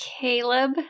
Caleb